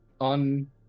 on